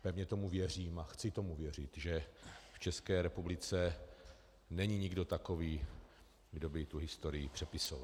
Pevně tomu věřím a chci tomu věřit, že v České republice není nikdo takový, kdo by tu historii přepisoval.